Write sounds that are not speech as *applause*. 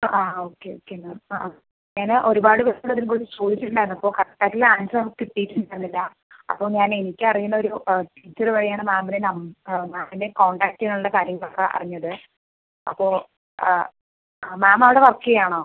ആ ആ okay okay ma'am ആ ആ ഞാൻ ഒരുപാട് *unintelligible* പോയി ചോദിച്ചിട്ട് ഉണ്ടായിരുന്നു അപ്പോൾ കറക്റ്റ് ആയിട്ടുള്ള ആൻസർ നമുക്ക് കിട്ടിയിട്ടുണ്ടായിരിന്നില്ല അപ്പോൾ ഞാൻ എനിക്ക് അറിയുന്ന ഒരു ടീച്ചർ വഴി ആണ് മാമിൻ്റ നമ്പർ മാമിനെ കോൺടാക്ട് ചെയ്യാൻ ഉള്ള കാര്യങ്ങൾ ഒക്കെ അറിഞ്ഞത് അപ്പോൾ ആ മാം അവിടെ വർക്ക് ചെയ്യുകയാണോ